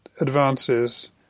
advances